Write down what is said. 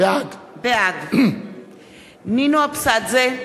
בעד נינו אבסדזה,